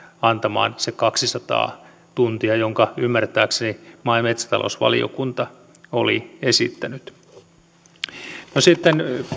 antamaan se kaksisataa tuntia jonka ymmärtääkseni maa ja metsätalousvaliokunta oli esittänyt sitten